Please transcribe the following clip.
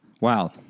Wow